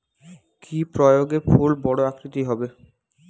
কি প্রয়োগে ফুল বড় আকৃতি হবে?